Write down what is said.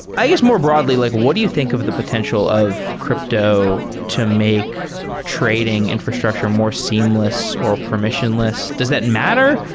i guess more broadly, like what do you think of the potential of crypto to make trading infrastructure more seamless or permissionless? does that matter?